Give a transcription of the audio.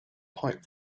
pipe